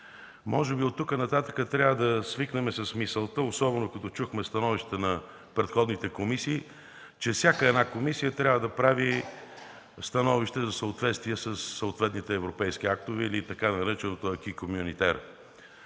Може би оттук нататък трябва да свикнем с мисълта, особено като чухме становищата на предходните комисии, че всяка една комисия трябва да прави становище за съответствие със съответните европейски актове, или така нареченото acquis